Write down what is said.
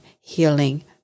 healing